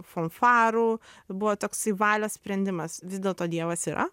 fanfarų buvo toksai valios sprendimas vis dėlto dievas yra